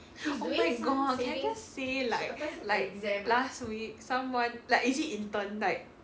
oh my god can I just say like like last week someone like is it intern like